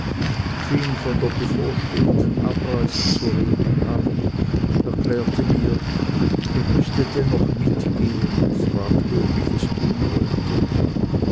von der bevorstehenden abreise zu reden an erklärte mir ich müßte dennoch mitgehen und fragte ob ich es tun wollte